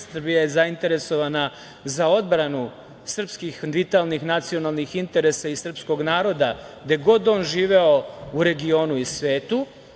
Srbija je zainteresovana za odbranu srpskih vitalnih, nacionalnih interesa i srpskog naroda, gde god on živeo u regionu i svetu.